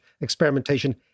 experimentation